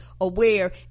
aware